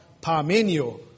Parmenio